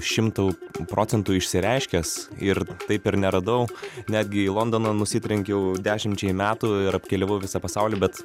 šimtu procentų išsireiškęs ir taip ir neradau netgi į londoną nusitrenkiau dešimčiai metų ir apkeliavau visą pasaulį bet